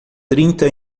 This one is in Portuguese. trinta